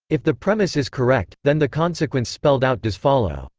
if the premise is correct, then the consequence spelled out does follow.